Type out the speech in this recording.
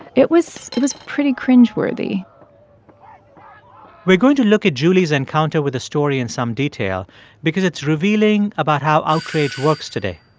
it was it was pretty cringeworthy we're going to look at julie's encounter with the story in some detail because it's revealing about how outrage works today.